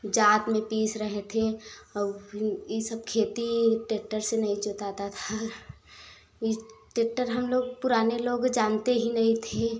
जाँत में पीस रहे थें अउ फिन ई सब खेती टेक्टर से नहीं जोताता था ई टेक्टर हम लोग पुराने लोग जानते ही नहीं थे